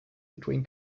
between